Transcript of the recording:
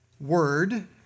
word